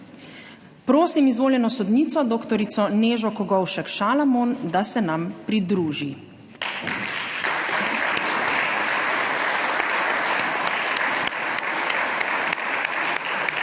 Prosim izvoljeno sodnico dr. Nežo Kogovšek Šalamon, da se nam pridruži.